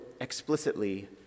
explicitly